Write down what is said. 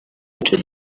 jody